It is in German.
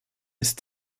ist